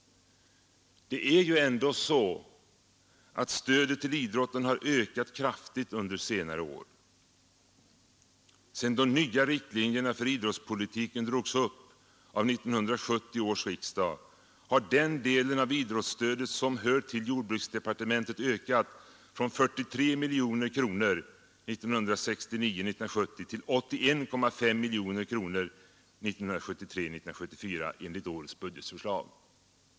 Det är ju ändå så att stödet till idrotten har ökat kraftigt under senare år. Sedan de nya riktlinjerna för idrottspolitiken drogs upp av 1970 års riksdag har den delen av idrottsstödet som hör till jordbruksdepartementet ökat från 43 miljoner kronor 1969 74 enligt årets budgetförslag.